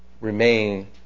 remain